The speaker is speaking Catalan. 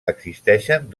existeixen